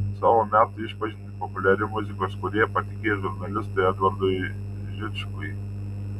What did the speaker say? savo metų išpažintį populiari muzikos kūrėja patikėjo žurnalistui edvardui žičkui